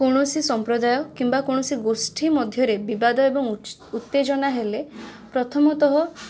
କୌଣସି ସମ୍ପ୍ରଦାୟ କିମ୍ବା କୌଣସି ଗୋଷ୍ଠୀ ମଧ୍ୟରେ ବିବାଦ ଏବଂ ଉତ୍ତେଜନା ହେଲେ ପ୍ରଥମତଃ